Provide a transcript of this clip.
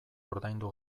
ordaindu